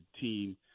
team